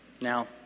Now